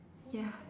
ya